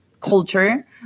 culture